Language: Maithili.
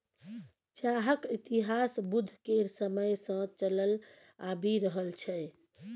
चाहक इतिहास बुद्ध केर समय सँ चलल आबि रहल छै